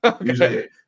usually